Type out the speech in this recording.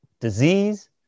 disease